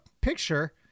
picture